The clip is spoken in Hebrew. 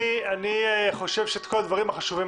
אני חושב שאפשר לדון בכל הדברים החשובים